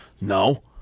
no